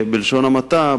בלשון המעטה,